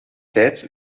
tijd